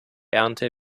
ernte